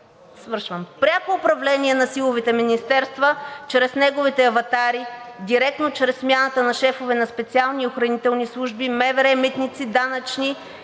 …пряко управление на силовите министерства чрез неговите аватари директно чрез смяната на шефовете на специални и охранителни служби, МВР, митници, данъчни